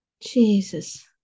Jesus